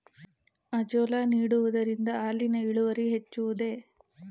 Azolla ನೀಡುವುದರಿಂದ ಹಾಲಿನ ಇಳುವರಿ ಹೆಚ್ಚುವುದೇ?